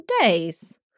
days